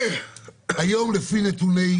היום, לפי נתוני